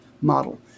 model